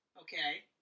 Okay